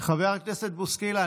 חבר הכנסת בוסקילה,